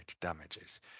damages